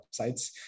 websites